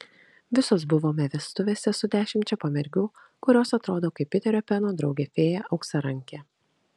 visos buvome vestuvėse su dešimčia pamergių kurios atrodo kaip piterio peno draugė fėja auksarankė